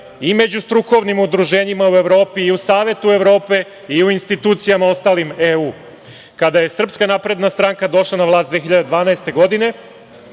i među strukovnim udruženjima u Evropi i u Savetu Evrope i u institucijama ostalim EU.Kada je SNS došla na vlast, 2012. godine,